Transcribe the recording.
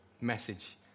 message